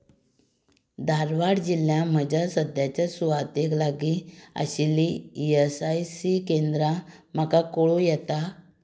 धारवाड जिल्ल्यांत म्हज्या सद्याच्या सुवातेक लागीं आशिल्लीं ई एस आय सी केंद्रां म्हाका कळूं येतात